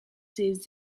ses